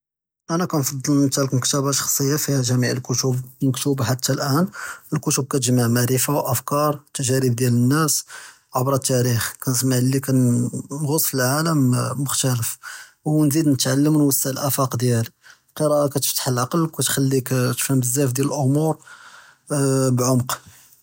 אנא כנפצל נמתלק מקתה שחסיה פיה ג'מע אלכתאב מקתוובה חתא אלאן, אלכתאב כתגמע מערפה, אפקאר, תג'רב דיאל אלנאס עבר אלתאריח, כסמע כסע'וד פי אלעאלם אה מחתלף, ונזיד נתעלם ונוואסע אלאפאק דיאלי, אלקריאה כתפתח אלעקל וכתכלכ תפהם בזאף דיאל אלאומור בבעמק.